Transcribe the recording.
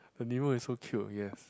the Nemo is so cute yes